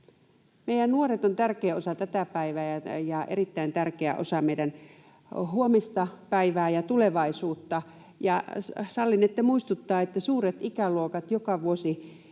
Meidän nuoret ovat tärkeä osa tätä päivää ja erittäin tärkeä osa meidän huomista päivää ja tulevaisuutta. Ja sallinette muistuttaa, että suuret ikäluokat joka vuosi